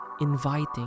inviting